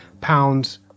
pounds